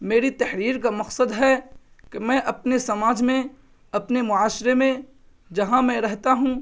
میری تحریر کا مقصد ہے کہ میں اپنے سماج میں اپنے معاشرے میں جہاں میں رہتا ہوں